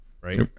right